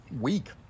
week